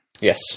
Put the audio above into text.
Yes